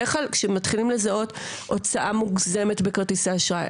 זה בדרך כלל כשמתחילים לזהות הוצאה מוגזמת בכרטיסי אשראי,